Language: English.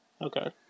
okay